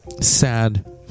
Sad